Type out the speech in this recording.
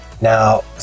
Now